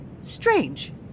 Strange